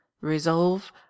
resolve